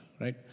right